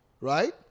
right